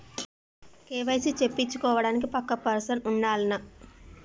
KYC చేపిచ్చుకోవడానికి పక్కా person ఉండాల్నా?